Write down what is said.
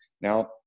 Now